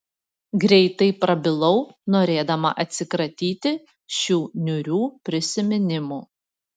greitai prabilau norėdama atsikratyti šių niūrių prisiminimų